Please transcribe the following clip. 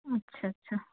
আচ্ছা আচ্ছা